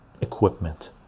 equipment